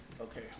Okay